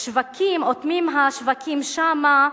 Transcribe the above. שווקים, אוטמים את השווקים שם.